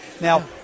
Now